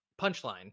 punchline